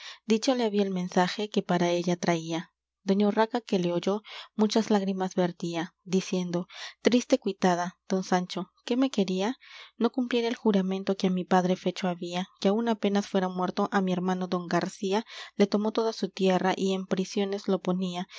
dicho le había el mensaje que para ella traía doña urraca que lo oyó muchas lágrimas vertía diciendo triste cuitada don sancho qué me quería no cumpliera el juramento que á mi padre fecho había que aun apenas fuera muerto á mi hermano don garcía le tomó toda su tierra y en prisiones lo ponía